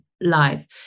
live